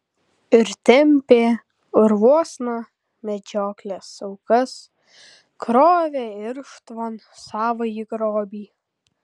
ir tempė urvuosna medžioklės aukas krovė irštvon savąjį grobį